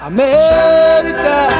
America